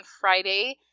Friday